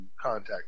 contact